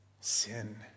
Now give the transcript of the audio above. Sin